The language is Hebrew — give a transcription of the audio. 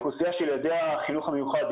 אוכלוסייה של ילדי החינוך המיוחד,